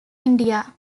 india